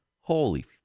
holy